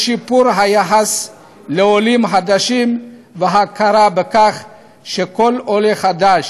לשיפור היחס לעולים חדשים וההכרה בכך שכל עולה חדש